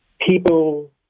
People